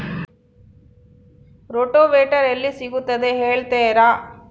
Rotavator ಎಲ್ಲಿ ಸಿಗುತ್ತದೆ ಹೇಳ್ತೇರಾ?